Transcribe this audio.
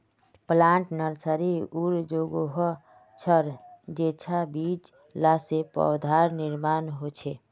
plant nursery उर जोगोह छर जेंछां बीज ला से पौधार निर्माण होछे